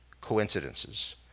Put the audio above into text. coincidences